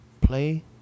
play